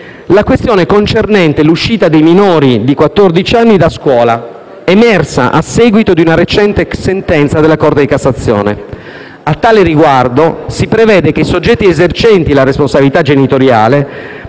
la questione concernente l'uscita dei minori di quattordici anni da scuola, emersa a seguito di una recente sentenza della Corte di cassazione. A tale riguardo si prevede che i soggetti esercenti la responsabilità genitoriale